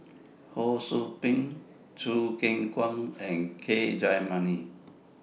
Ho SOU Ping Choo Keng Kwang and K Jayamani